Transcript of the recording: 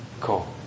cool